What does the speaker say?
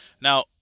Now